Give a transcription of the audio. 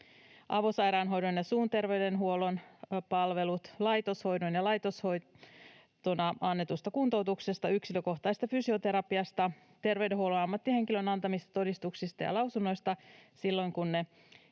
avosairaanhoidon ja suun terveydenhuollon palvelut, laitoshoito ja laitoshoitona annettu kuntoutus, yksilökohtainen fysioterapia, terveydenhuollon ammattihenkilön antamat todistukset ja lausunnot silloin, kun ne